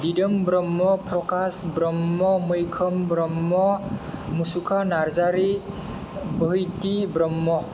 Didom Brahma Prakash Brahma Maikhom Brahma Musukha Narzary Bohaithi Brahma